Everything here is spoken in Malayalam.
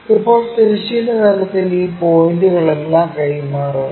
ഇപ്പോൾ തിരശ്ചീന തലത്തിൽ ഈ പോയിന്റുകളെല്ലാം കൈമാറുക